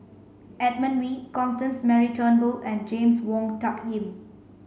Edmund Wee Constance Mary Turnbull and James Wong Tuck Yim